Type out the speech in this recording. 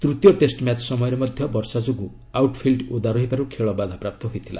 ତୂତୀୟ test match ସମୟରେ ମଧ୍ୟ ବର୍ଷା ଯୋଗୁଁ ଆଉଟ୍ଫିଲ୍ଚ ଓଦା ରହିବାରୁ ଖେଳ ବାଧାପ୍ରାପ୍ତ ହୋଇଥିଲା